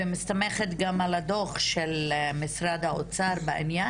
ומסתמכת גם על הדו"ח של משרד האוצר בעניין